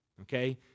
Okay